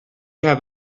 have